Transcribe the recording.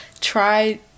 try